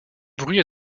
bruits